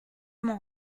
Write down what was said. mon